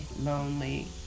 lonely